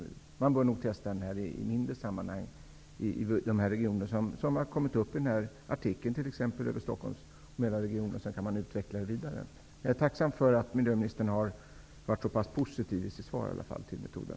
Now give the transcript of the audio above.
Man bör nog först testa metoden i mindre sammanhang, exempelvis i de regioner som har tagits upp i artikeln, såsom Stockholmsoch Mälarregionen. Sedan kan man utveckla metoden vidare. Jag är tacksam över att miljöministern i sitt svar i alla fall har varit så pass positiv till metoden.